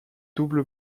double